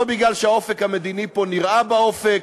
לא מפני שהאופק המדיני פה נראה באופק.